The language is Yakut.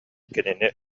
кинини